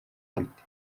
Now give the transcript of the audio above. bite